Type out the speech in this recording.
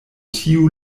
tiu